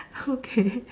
okay